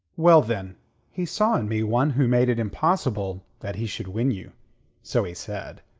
well, then he saw in me one who made it impossible that he should win you so he said.